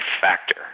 factor